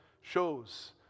shows